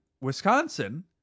Wisconsin